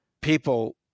People